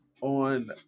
on